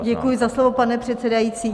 Děkuji za slovo, pane předsedající.